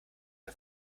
der